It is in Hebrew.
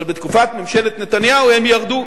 אבל בתקופת ממשלת נתניהו הם ירדו.